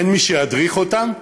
אין מי שידריך אותם.